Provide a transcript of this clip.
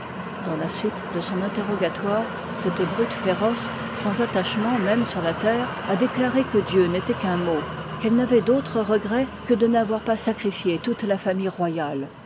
dans la suite de son interrogatoire cette brute féroce sans attachement même sur la terre a déclaié que dieu n'étoit qu'un mot qu'elle n'avoit d'autre regret que de n'avoir pas sacrifié toute la famille royale